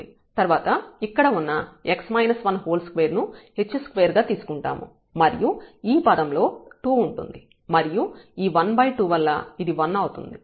తర్వాత ఇక్కడ ఉన్న 2 ను h2 గా తీసుకుంటాము మరియు ఈ పదం లో 2 ఉంటుంది మరియు ఈ 12 వల్ల ఇది 1 అవుతుంది